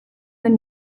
duen